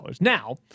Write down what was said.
Now